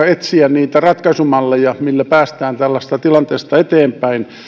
etsiä niitä ratkaisumalleja millä päästään tällaisesta tilanteesta eteenpäin